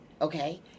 Okay